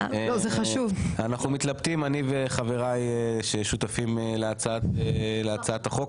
אנחנו מתלבטים חברי ששותפים להצעת החוק,